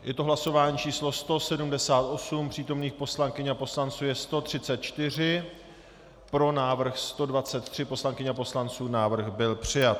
Je to hlasování číslo 178, přítomných poslankyň a poslanců je 134, pro návrh 123 poslankyň a poslanců, návrh byl přijat.